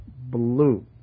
blue